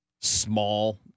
small